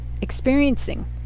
Experiencing